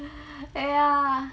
!aiya!